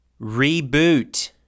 Reboot